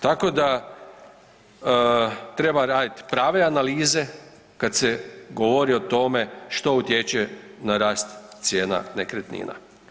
Tako da treba radit prave analize kad se govori o tome što utječe na rast cijena nekretnina.